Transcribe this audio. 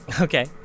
Okay